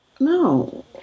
No